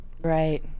Right